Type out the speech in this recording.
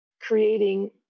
creating